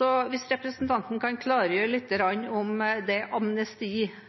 Kan representanten klargjøre litt rundt det amnestiforslaget som hun gjorde rede for, og si om hun kan